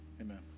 Amen